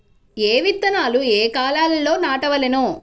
ఏ విత్తనాలు ఏ కాలాలలో నాటవలెను?